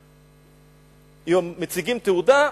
תעודה,